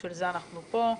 בשביל זה אנחנו פה.